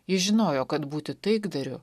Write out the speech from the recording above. ji žinojo kad būti taikdariu